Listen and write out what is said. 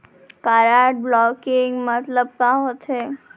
Card blocking मतलब का होथे?